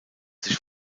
sich